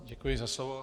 Děkuji za slovo.